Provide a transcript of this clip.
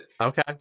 Okay